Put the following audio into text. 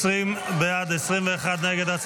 20 בעד, 21 נגד.